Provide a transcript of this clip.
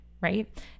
Right